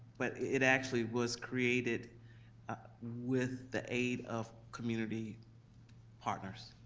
but it actually was created with the aid of community partners.